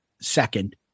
second